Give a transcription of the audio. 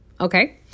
okay